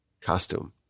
costume